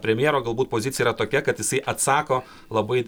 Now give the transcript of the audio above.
premjero galbūt pozicija yra tokia kad jisai atsako labai